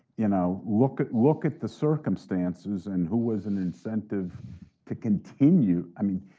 you know look at look at the circumstances and who was an incentive to continue, i mean